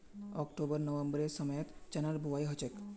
October नवंबरेर समयत चनार बुवाई हछेक